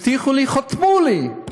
הבטיחו לי, חתמו לי.